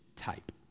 type